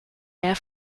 air